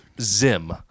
Zim